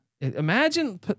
Imagine